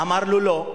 אמר לו: לא.